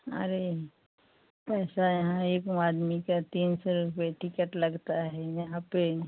अरे पैसा यहाँ एक आदमी का तीन सौ रुपया टिकट लगता है यहाँ पर